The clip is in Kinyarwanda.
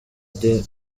the